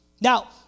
Now